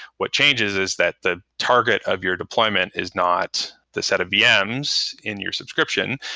what changes is that the target of your deployment is not the set of vms in your subscription,